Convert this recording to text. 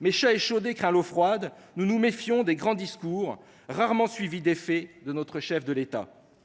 mais chat échaudé craignant l’eau froide, nous nous méfions de ses grands discours rarement suivis d’effet. Aux promesses doivent